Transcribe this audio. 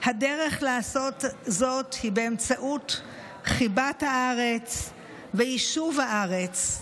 הדרך לעשות זאת היא באמצעות חיבת הארץ ויישוב הארץ.